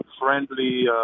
friendly